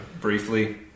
briefly